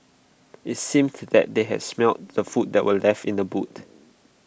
IT seems that they had smelt the food that were left in the boot